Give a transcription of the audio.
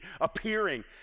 appearing